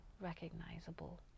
recognizable